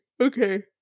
Okay